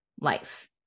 life